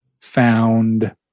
found